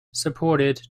supported